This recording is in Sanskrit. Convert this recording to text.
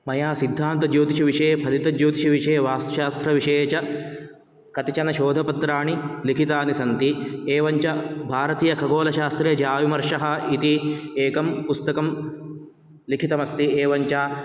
मया सिद्धान्तज्योतिषविषये फलितज्योतिषविषये वास्तुशास्त्रविषये च कतिचन शोधपत्राणि लिखितानि सन्ति एवञ्च भारतीयखगोलशास्त्रे ज्याविमर्शः इति एकं पुस्तकं लिखितमस्ति एवञ्च